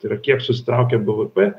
tai yra kiek susitraukė bvp